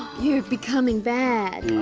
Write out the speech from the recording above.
you're becoming bad.